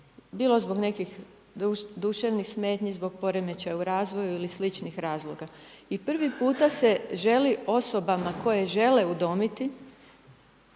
bilo zbog nekih duševnih smetnji, zbog poremećaja u razvoju ili sličnih razloga. I prvi puta se želi osobama koje žele udomiti,